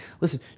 listen